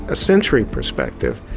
a sensory perspective,